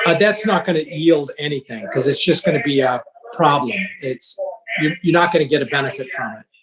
but that's not going to yield anything because it's just going to be a problem. you're you're not going to get a benefit from it.